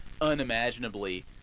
unimaginably